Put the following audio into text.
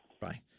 Bye